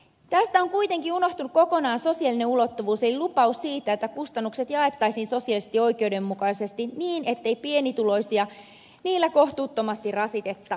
tästä on kuitenkin unohtunut kokonaan sosiaalinen ulottuvuus eli lupaus siitä että kustannukset jaettaisiin sosiaalisesti oikeudenmukaisesti niin ettei pienituloisia niillä kohtuuttomasti rasitettaisi